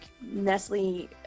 nestle